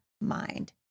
mind